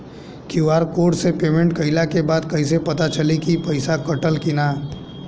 QR code से payment कईला के बाद कईसे पता चली की पैसा कटल की ना?